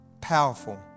powerful